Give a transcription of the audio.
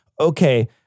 Okay